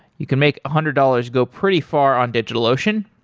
you can make a hundred dollars go pretty far on digitalocean.